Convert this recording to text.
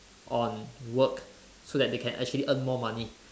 on work so that they can actually earn more money